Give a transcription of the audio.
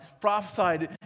prophesied